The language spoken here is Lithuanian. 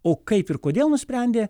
o kaip ir kodėl nusprendė